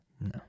No